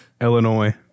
Illinois